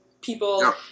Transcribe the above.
people